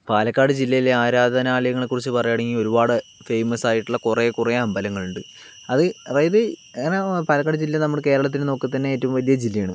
പാലക്കാട് ജില്ലയിലെ ആരാധനാലയങ്ങളെ കുറിച്ച് പറയുകയാണെങ്കിൽ ഒരുപാട് ഫെയിമസ് ആയിട്ടുള്ള കുറെ കുറെ അമ്പലങ്ങള്ണ്ട് അത് അതായത് അങ്ങനെ പാലക്കാട് ജില്ല നമ്മടെ കേരളത്തില് നോക്കത്തന്നെ ഏറ്റവും വലിയ ജില്ലയാണ്